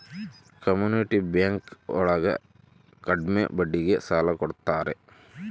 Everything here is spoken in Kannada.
ಕಮ್ಯುನಿಟಿ ಬ್ಯಾಂಕ್ ಒಳಗ ಕಡ್ಮೆ ಬಡ್ಡಿಗೆ ಸಾಲ ಕೊಡ್ತಾರೆ